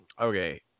Okay